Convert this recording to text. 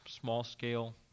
small-scale